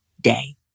day